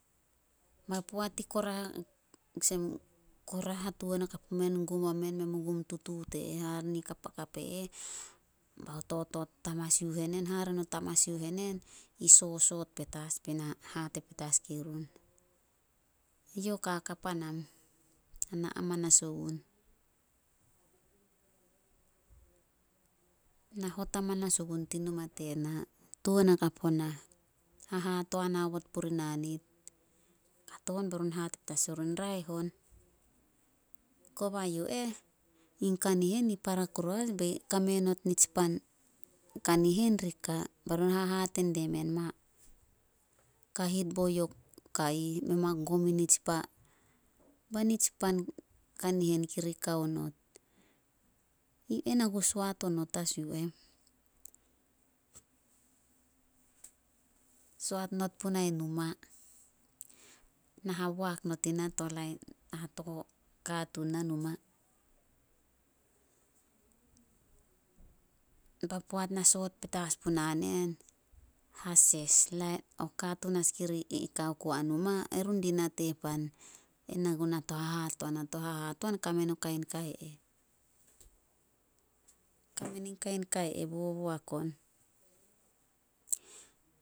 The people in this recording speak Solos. Poat i kora kora hatuan hakap pumen, gum o men, men mu gum tutuut e eh, hare ni kapakap e eh. Hare no tamasiuh enen i sosot petas be na hate petas gue run. Yo kaka panam. Na amanas ogun. Na hot amanas ogun tin numa tena. Tuan hakap onah hahatoan aobot purina nit. Kato on be run hate petas, raeh on. Koba yu eh, in kanihen para kuru as be kame not tsi pan kanihen ri ka. Be run hahate diemen ma kahit bo yo ka ih, men ma gom nitsi pan kanihen kari kao not. Na ku soat onot as yu eh. soat not punai numa. Na haboak not ina to lain to katuun na numa. Ba poat na soot petas puna nen, hases o katuun as kiri kao ku as ai numa, erun di nate pan ena gunah to hahatoan, a to hahatoan kame no kain kai eh. Kame nin kain ka i eh boboak on.